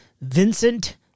Vincent